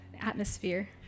atmosphere